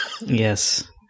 yes